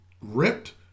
ripped